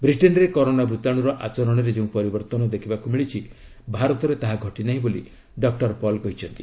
ବ୍ରିଟେନ୍ରେ କରୋନା ଭୂତାଣୁର ଆଚରଣରେ ଯେଉଁ ପରିବର୍ତ୍ତନ ଦେଖିବାକୁ ମିଳିଛି ଭାରତରେ ତାହା ଘଟିନାହିଁ ବୋଲି ଡକୁର ପଲ କହିଛନ୍ତି